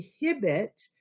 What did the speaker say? inhibit